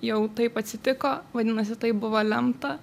jau taip atsitiko vadinasi taip buvo lemta